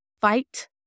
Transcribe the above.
Fight